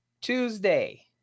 Tuesday